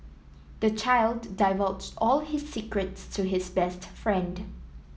the child divulged all his secrets to his best friend